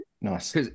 Nice